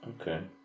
Okay